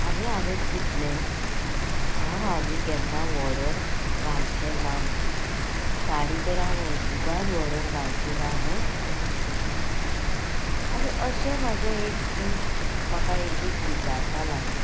आनी हांवेन चितलें हांव आनी केन्ना वॉर्डर घालचें ना म्हूण साडी तर हांव अज्जीबात वॉर्डर घालची ना म्हूण चितलें आनी अशें म्हाजें एक इश्ट म्हाका एक दीस विचारपा लागलें